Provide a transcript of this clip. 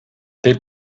they